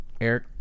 Eric